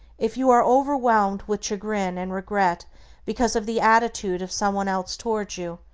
if you are overwhelmed with chagrin and regret because of the attitude of someone else toward you,